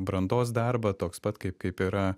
brandos darbą toks pat kaip kaip yra